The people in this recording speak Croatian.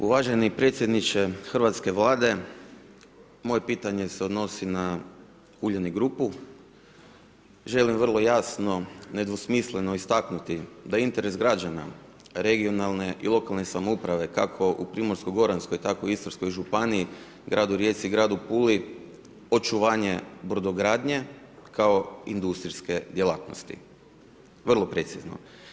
Uvaženi predsjedniče Hrvatske vlade, moje pitanje se odnosi na Uljanik Grupu, želim vrlo jasno, nedvosmisleno istaknuti, da interes građana regionalne i lokalne samouprave kako u Primorsko goranske tako i u Istarskoj županiji, gradu Rijeci, gradu Puli očuvanje brodogradnje kao industrijske djelatnosti, vrlo precizno.